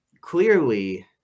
Clearly